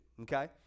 okay